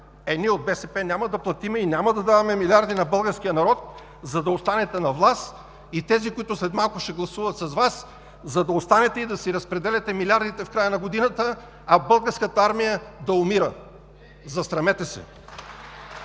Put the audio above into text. Ние от БСП няма да платим и няма да даваме милиарди на българския народ, за да останете на власт, и тези, които след малко ще гласуват с Вас, за да си разпределяте милиардите в края на годината, а Българската армия да умира! Засрамете се!